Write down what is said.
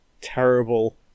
terrible